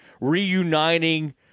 reuniting